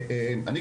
אני,